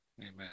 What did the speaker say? amen